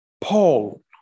Paul